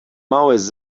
always